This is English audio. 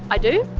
i do.